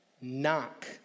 Knock